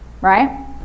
Right